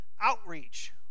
outreach